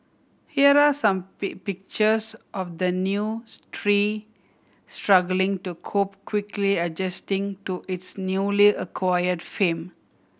here are some pictures of the new tree struggling to cope quickly adjusting to its newly acquired fame